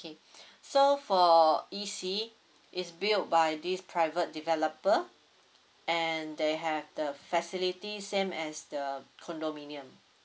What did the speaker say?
okay so for E_C it's built by this private developer and they have the facilities same as the condominium